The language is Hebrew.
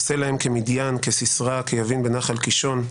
עשה-להם כמדיין, כסיסרא כיבין, בנחל קישון.